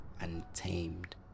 untamed